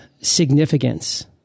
significance